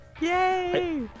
Yay